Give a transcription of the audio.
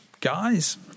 guys